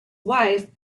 wife